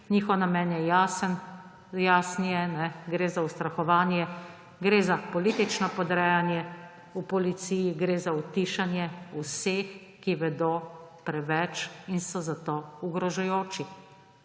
njihov namen je jasen. Gre za ustrahovanje, gre za politično podrejanje v policiji, gre za utišanje vseh, ki vedo preveč in so zato ogrožajoči.